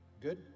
Good